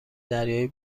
دریایی